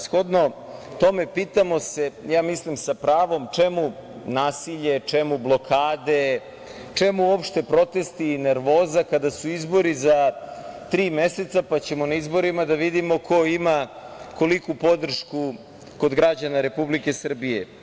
Shodno tome, pitamo se, ja mislim sa pravom, čemu nasilje, čemu blokade, čemu uopšte protesti i nervoza kada su izbori za tri meseca, pa ćemo na izborima da vidimo ko ima koliku podršku kod građana Republike Srbije?